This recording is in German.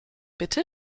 bitte